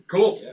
Cool